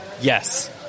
Yes